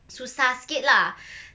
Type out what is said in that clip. susah sikit lah